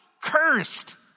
Cursed